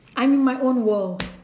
I am in my own world